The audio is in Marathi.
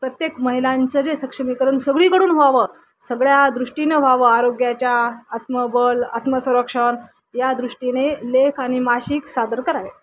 प्रत्येक महिलांचं जे सक्षमीकरण सगळीकडून व्हावं सगळ्या दृष्टीने व्हावं आरोग्याच्या आत्मबल आत्मसंरक्षण या दृष्टीने लेख आणि मासिक सादर करावे